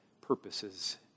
purposes